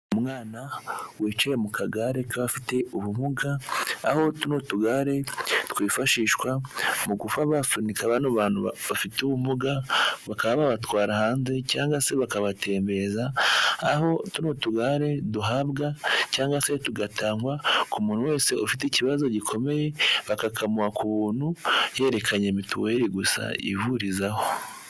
Umwana wiciye mu kagare k'abafite ubumuga aho n'utugare twifashishwa mu kuba basunika bano bantu bafite ubumuga bakaba babatwara hanze cyangwa se bakabatembereza aho tuno tugare duhabwa cyangwa se tugatangwa ku muntu wese ufite ikibazo gikomeye bakatumuha ku buntu yerereke mituweli gusa ihurizaho.